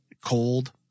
Cold